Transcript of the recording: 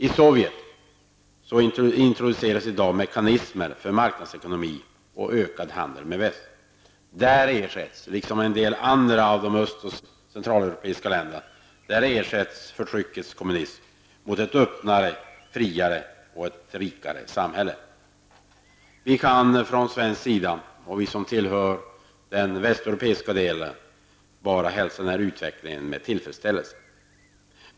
I Sovjet introduceras i dag mekanismer för marknadsekonomi och för ökad handel med väst. I Sovjet, liksom i en del andra öst och centraleuropeiska länder, ersätts förtryckets kommunism med ett öppnare, friare och rikare samhälle. Vi i Sverige, som tillhör den västeuropeiska delen, kan inte annat än hälsa den här utvecklingen med tillfredsställelse.